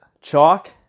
Chalk